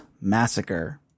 Massacre